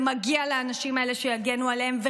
ומגיע לאנשים האלה שיגנו עליהם.